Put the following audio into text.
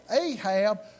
Ahab